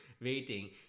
waiting